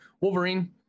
Wolverine